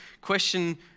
question